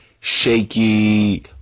shaky